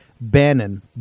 Bannon